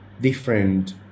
different